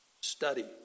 Study